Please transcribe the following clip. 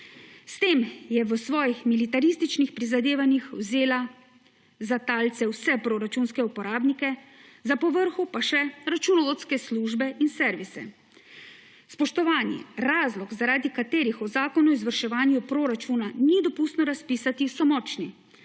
S tem je v svojih militarističnih prizadevanjih vzela za talce vse proračunske uporabnike, za povrhu pa še računovodske službe in servise. Spoštovani! Razlogi, zaradi katerih referenduma o zakonu o izvrševanju proračuna ni dopustno razpisati, so močni.